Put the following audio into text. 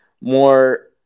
more